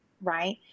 right